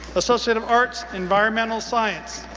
associate of arts, environmental science.